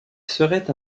serait